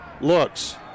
looks